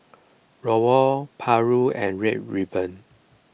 Rawon Paru and Red Ruby